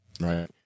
right